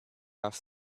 off